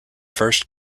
first